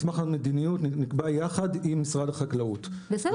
מסמך המדיניות נקבע יחד עם משרד החקלאות,